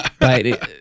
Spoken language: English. Right